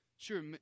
Sure